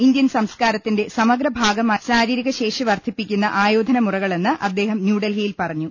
Indian സംസ്കാരത്തിന്റെ സമഗ്ര ഭാഗമായിരുന്നു ശാരീരിക ശേഷി വർധിപ്പിക്കുന്ന ആയോധന മുറ കളെന്ന് അദ്ദേഹം ന്യൂഡൽഹിയിൽ പറഞ്ഞു